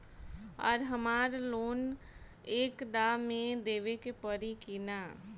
आर हमारा लोन एक दा मे देवे परी किना?